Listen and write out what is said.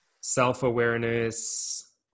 self-awareness